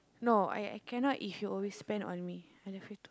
no I I cannot if you always spend on me I love you too